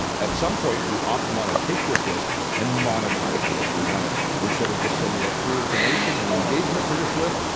at some point, we often want to take this list and monetize the list. we want to instead of just sending out free information and engagement to this list,